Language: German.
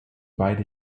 beide